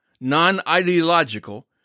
non-ideological